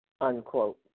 unquote